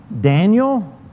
Daniel